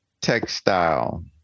textile